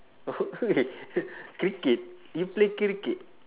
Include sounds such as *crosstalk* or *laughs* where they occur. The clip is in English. *laughs* cricket you play cricket